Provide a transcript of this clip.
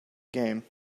game